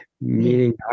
meaning